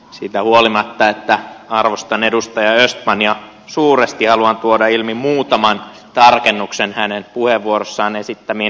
siitä huolimatta että arvostan edustaja östmania suuresti haluan tuoda ilmi muutaman tarkennuksen hänen puheenvuorossaan esittämiinsä huomioihin